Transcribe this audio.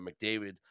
McDavid